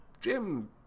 Jim